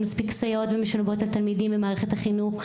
אין מספיק סייעות ומשלבות לתלמידים במערכת החינוך,